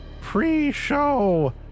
pre-show